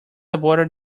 aborted